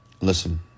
Listen